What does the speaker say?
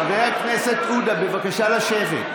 חבר הכנסת עודה, בבקשה לשבת.